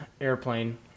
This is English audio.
airplane